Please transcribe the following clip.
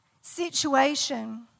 situation